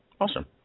awesome